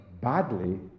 badly